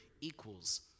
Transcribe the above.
equals